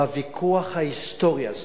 בוויכוח ההיסטורי הזה,